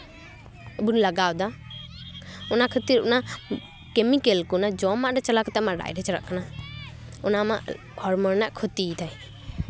ᱵᱚᱱ ᱞᱟᱜᱟᱣᱫᱟ ᱚᱱᱟ ᱠᱷᱟᱹᱛᱤᱨ ᱚᱱᱟ ᱠᱮᱢᱤᱠᱮᱞ ᱠᱚ ᱚᱱᱟ ᱡᱚᱢᱟᱜ ᱨᱮ ᱪᱟᱞᱟᱣ ᱠᱟᱛᱮ ᱟᱢᱟᱜ ᱞᱟᱡ ᱨᱮ ᱪᱟᱞᱟᱜ ᱠᱟᱱᱟ ᱚᱱᱟ ᱟᱢᱟᱜ ᱦᱚᱲᱢᱚ ᱨᱮᱱᱟᱜ ᱠᱷᱚᱛᱤᱭᱮᱫᱟᱭ